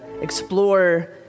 explore